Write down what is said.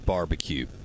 Barbecue